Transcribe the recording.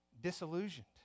disillusioned